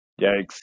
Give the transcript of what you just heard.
yikes